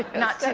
not